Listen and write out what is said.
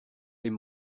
dem